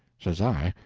says i,